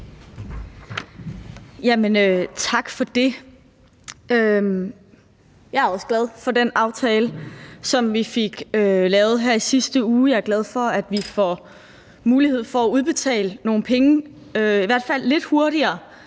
Tak for det. Jeg er også glad for den aftale, som vi fik lavet her i sidste uge. Jeg er glad for, at vi får mulighed for at udbetale nogle penge i hvert fald lidt hurtigere